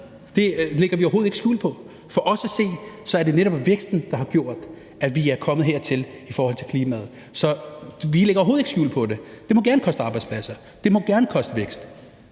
Det lægger vi overhovedet ikke skjul på. For os at se er det netop væksten, der har gjort, at vi er kommet hertil i forhold til klimaet. Så vi lægger overhovedet ikke skjul på det. Det må gerne koste arbejdspladser, og det må gerne koste vækst.